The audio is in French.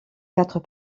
quatre